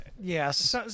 Yes